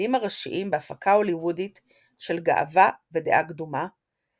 התפקידים הראשיים בהפקה הוליוודית של "גאווה ודעה קדומה",